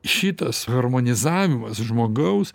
šitas harmonizavimas žmogaus